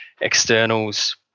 externals